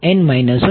તેથી હવે આ બનશે